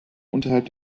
unterhalb